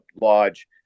lodge